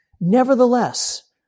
nevertheless